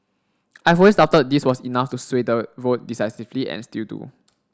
I always doubted this was enough to sway the vote decisively and still do